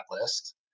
list